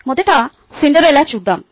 మొదట సిండ్రెల్లా చూద్దాం